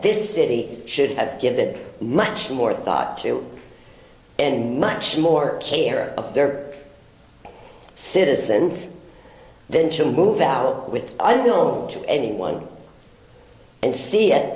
this city should have given much more thought to and much more care of their citizens than to move out with i don't know anyone and